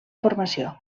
formació